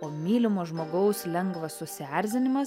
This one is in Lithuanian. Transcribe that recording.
o mylimo žmogaus lengvas susierzinimas